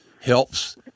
helps